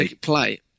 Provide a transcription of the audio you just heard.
play